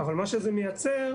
אבל מה שזה מייצר,